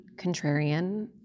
contrarian